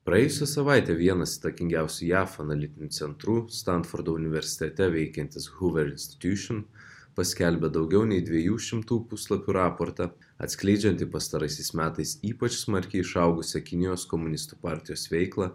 praėjusią savaitę vienas įtakingiausių jav analitinių centrų stanfordo universitete veikiantis huver institjušn paskelbė daugiau nei dviejų šimtų puslapių raportą atskleidžiantį pastaraisiais metais ypač smarkiai išaugusią kinijos komunistų partijos veiklą